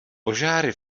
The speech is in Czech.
požáry